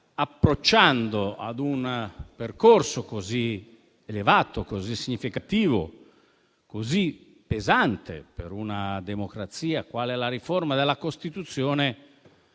approcciando a un percorso così elevato, significativo e pesante per una democrazia quale la riforma della Costituzione,